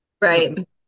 Right